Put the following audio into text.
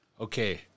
Okay